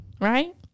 Right